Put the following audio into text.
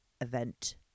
Event